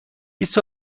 بیست